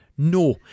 No